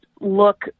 look